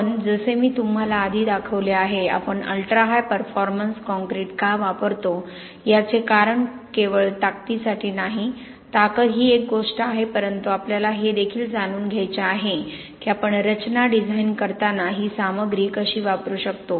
पण जसे मी तुम्हाला आधी दाखवले आहे आपण अल्ट्रा हाय परफॉर्मन्स काँक्रीट का वापरतो याचे कारण केवळ ताकदीसाठी नाही ताकद ही एक गोष्ट आहे परंतु आपल्याला हे देखील जाणून घ्यायचे आहे की आपण रचना डिझाइन करताना ही सामग्री कशी वापरू शकतो